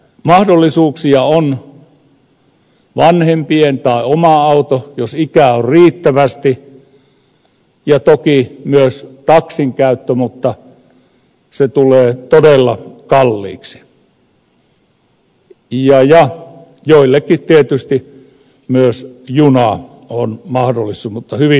mahdollisuuksia on vanhempien tai oma auto jos ikää on riittävästi ja toki myös taksin käyttö mutta se tulee todella kalliiksi ja joillekin tietysti myös juna on mahdollisuus mutta hyvin harvoissa tapauksissa